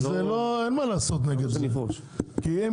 אין מה לעשות כנגד זה, לא